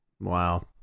Wow